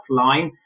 offline